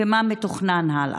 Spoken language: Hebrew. מה מתוכנן הלאה?